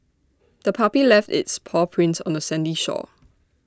the puppy left its paw prints on the sandy shore